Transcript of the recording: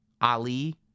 Ali